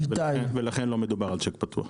ולכן לא מדובר על צ'ק פתוח.